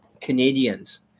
Canadians